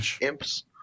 imps